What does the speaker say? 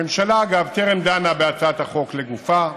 הממשלה, אגב, טרם דנה בהצעת החוק לגופה,